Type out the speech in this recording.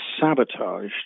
sabotaged